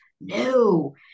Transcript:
No